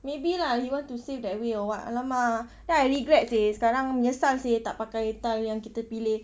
maybe lah he want to save that way or what !alamak! then I regret seh sekarang menyesal seh tak pakai tiles yang kita pilih